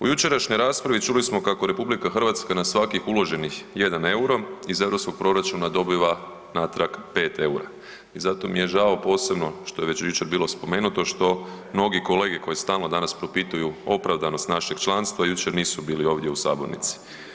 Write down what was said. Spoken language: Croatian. U jučerašnjoj raspravi čuli smo kako RH na svakih uloženih jedan euro iz europskog proračuna dobiva natrag pet eura i zato mi je žao posebno što je već jučer bilo spomenuto, što mnogi kolege koji stalno danas propituju opravdanost našeg članstva jučer nisu bili ovdje u sabornici.